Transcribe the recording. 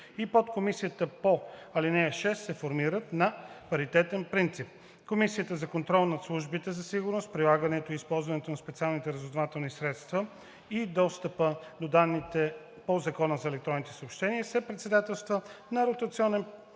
и подкомисията по ал. 6 се формират на паритетен принцип. Комисията за контрол над службите за сигурност, прилагането и използването на специалните разузнавателни средства и достъпа до данните по Закона за електронните съобщения се председателства на ротационен принцип